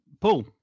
Paul